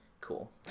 cool